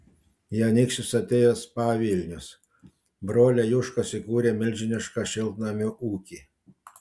į anykščius atėjo spa vilnius broliai juškos įkūrė milžinišką šiltnamių ūkį